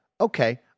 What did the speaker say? okay